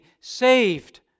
saved